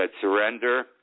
surrender